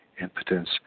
impotence